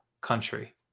country